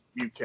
UK